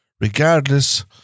regardless